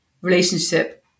relationship